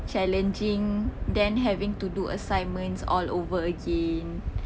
challenging then having to do assignments all over again